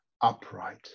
upright